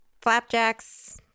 flapjacks